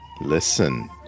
Listen